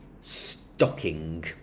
stocking